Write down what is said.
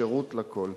שירות לכול?